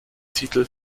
titel